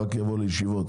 רק יבואו לישיבות,